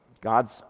God's